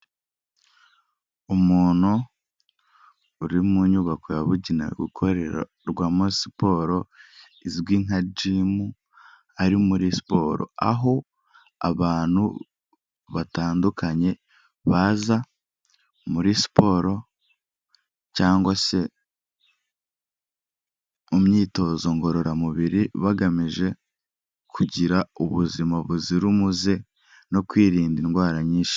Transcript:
Umuntu uri mu nyubako yabugenewe gukorerwamo siporo, izwi nka jimu, ari muri siporo, aho abantu batandukanye baza muri siporo, cyangwa se mu myitozo ngororamubiri bagamije kugira ubuzima buzira umuze, no kwirinda indwara nyinshi.